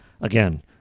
Again